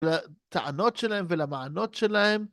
לטענות שלהם ולמענות שלהם.